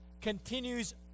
continues